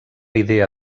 idea